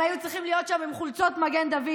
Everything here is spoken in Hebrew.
הם היו צריכים להיות שם עם חולצות מגן דוד